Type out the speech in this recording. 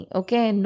okay